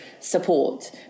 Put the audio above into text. support